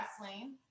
wrestling